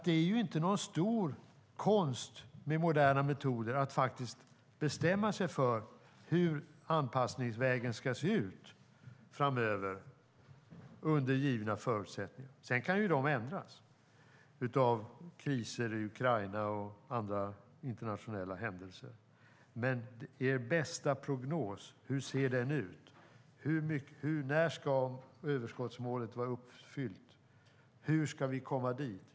Det är inte någon stor konst att, med moderna metoder, bestämma sig för hur anpassningsvägen ska se ut framöver under givna förutsättningar - sedan kan de ändras av kriser i Ukraina och andra internationella händelser. Men hur ser er bästa prognos ut? När ska överskottsmålet vara uppnått? Hur ska vi komma dit?